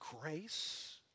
grace